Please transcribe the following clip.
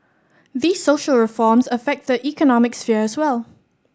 these social reforms affect the economic sphere as well